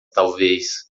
talvez